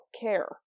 care